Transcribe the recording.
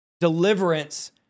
Deliverance